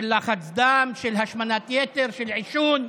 של לחץ דם, של השמנת יתר, של עישון.